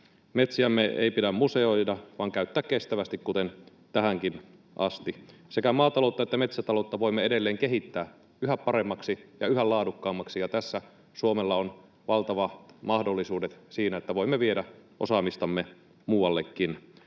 Metsiämme ei pidä museoida vaan käyttää kestävästi, kuten tähänkin asti. Sekä maataloutta että metsätaloutta voimme edelleen kehittää yhä paremmaksi ja yhä laadukkaammaksi, ja tässä Suomella on valtavat mahdollisuudet siinä, että voimme viedä osaamistamme muuallekin.